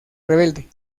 rebelde